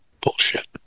Bullshit